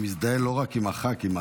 אני מזדהה לא רק עם הח"כים.